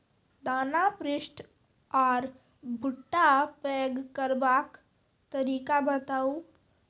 दाना पुष्ट आर भूट्टा पैग करबाक तरीका बताऊ?